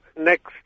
next